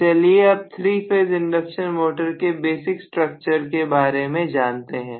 तो चलिए अब थ्री फेज इंडक्शन मोटर के बेसिक स्ट्रक्चर के बारे में जानते हैं